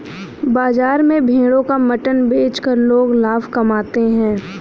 बाजार में भेड़ों का मटन बेचकर लोग लाभ कमाते है